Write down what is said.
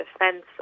defense